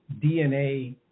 DNA